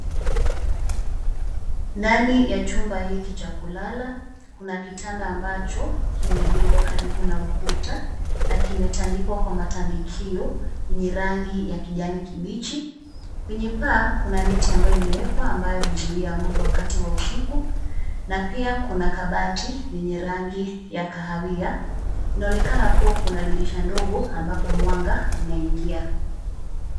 Ndani ya chumba hiki cha kulala, kuna kitanda ambacho kimegezwa karibu na ukuta na kimetandikwa kwa kimatandikio chenye rangi ya kijani kibichi. Kwenye paa kuna neti ambayo imewekwa, ambayo huzuia mbu wakati wa usiku. Pia kuna kabati lenye rangi ya kahawia. Inaonekana kuwa kuna dirisha ndogo ambapo mwanga unaingia.